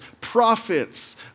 prophets